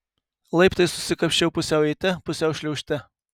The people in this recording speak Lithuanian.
laiptais užsikapsčiau pusiau eite pusiau šliaužte